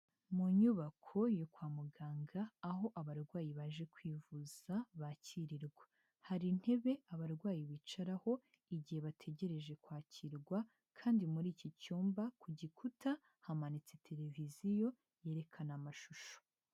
Mu nyubako yo kwa muganga aho abarwayi baje kwivuza bakirirwa. Hari intebe abarwayi bicaraho, igihe bategereje kwakirwa kandi muri iki cyumba ku gikuta hamanitse televiziyo yerekana amashusho.